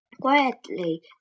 Quietly